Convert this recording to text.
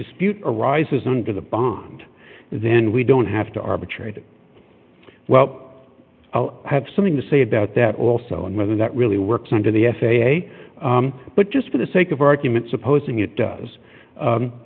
dispute arises under the bond then we don't have to arbitrate it well i'll have something to say about that also and whether that really works under the f a a but just for the sake of argument supposing it does